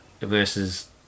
versus